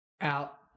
Out